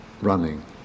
running